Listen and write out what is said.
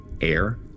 air